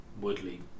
Woodley